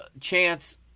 chance